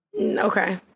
Okay